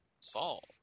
Saul